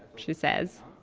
she says.